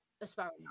aspiring